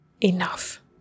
enough